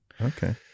Okay